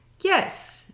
yes